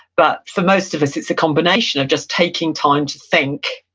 but for most of us it's a combination of just taking time to think,